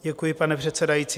Děkuji, pane předsedající.